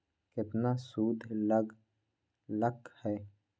केतना सूद लग लक ह?